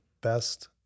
best